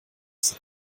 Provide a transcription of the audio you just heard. sein